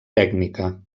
tècnica